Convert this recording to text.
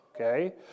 okay